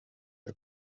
der